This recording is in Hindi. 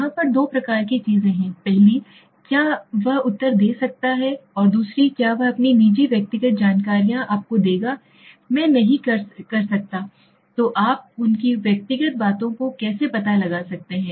यहां पर दो प्रकार की चीजें हैं पहली क्या वह उत्तर दे सकता है और दूसरी क्या वह अपनी निजी व्यक्तिगत जानकारियां आपको देगा मैं नहीं कर सकता तो आप उनकी व्यक्तिगत बातों का कैसे पता लगा सकते हैं